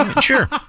Sure